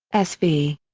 s v.